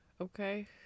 Okay